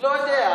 לא יודע.